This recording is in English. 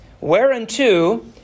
whereunto